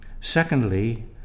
Secondly